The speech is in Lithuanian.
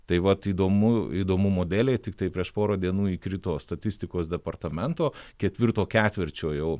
tai vat įdomu įdomumo dėlei tiktai prieš porą dienų įkrito statistikos departamento ketvirto ketvirčio jau